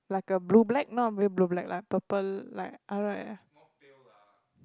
like a blue black not really blue black lah purple like